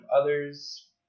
others